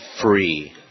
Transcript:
Free